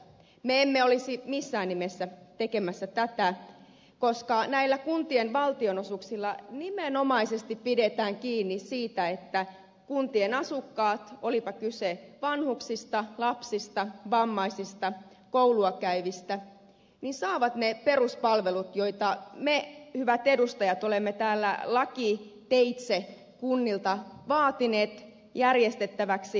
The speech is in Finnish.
me emme olisi missään nimessä tekemässä tätä koska näillä kuntien valtionosuuksilla nimenomaisesti pidetään kiinni siitä että kuntien asukkaat olipa kyse vanhuksista lapsista vammaisista koulua käyvistä saavat ne peruspalvelut joita me hyvät edustajat olemme täällä lakiteitse kunnilta vaatineet järjestettäväksi